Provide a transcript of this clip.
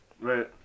Right